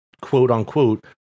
quote-unquote